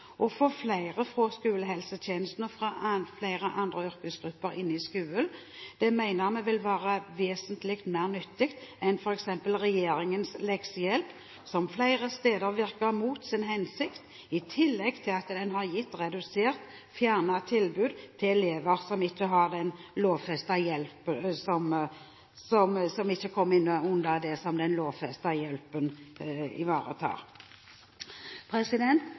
Å få flere fra skolehelsetjenesten og flere fra andre yrkesgrupper inn i skolen mener vi vil være vesentlig mer nyttig enn f.eks. regjeringens leksehjelp, som flere steder virker mot sin hensikt, i tillegg til at den har redusert – eller fjernet – tilbudet til elever som den lovfestede hjelpen ikke ivaretar. Fremskrittspartiet ser behovet for og er positiv til å få flere yrkesgrupper inn